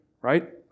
right